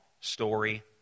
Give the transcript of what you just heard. story